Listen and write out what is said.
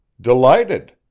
Delighted